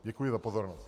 Děkuji za pozornost.